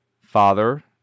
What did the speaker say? father